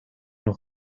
nog